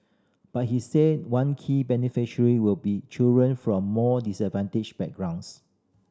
but he said one key beneficiary will be children from more disadvantaged backgrounds